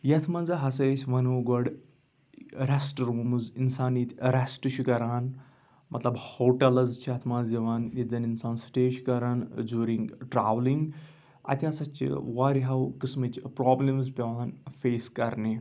یَتھ منٛز ہَسا أسۍ وَنو گۄڈٕ رٮ۪سٹ روٗمٕز اِنسان ییٚتہِ رٮ۪سٹ چھُ کَران مطلب ہوٹَلٕز چھِ اَتھ منٛز یِوان ییٚتہِ زَن اِنسان سٕٹے چھُ کَران جوٗرِنٛگ ٹرٛاولِنٛگ اَتہِ ہَسا چھِ واریہو قٕسمٕچ پرٛابلِمٕز پٮ۪وان فیس کَرنہِ